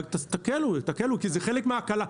רק תקלו, תקלו, כי זה חלק מההקלה.